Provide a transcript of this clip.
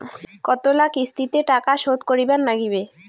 কতোলা কিস্তিতে টাকা শোধ করিবার নাগীবে?